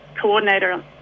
coordinator